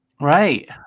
Right